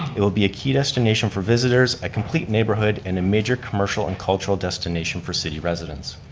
it will be key destination for visitors, a complete neighborhood and a major commercial and cultural destination for city residents.